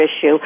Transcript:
issue